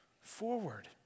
forward